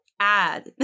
add